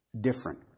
different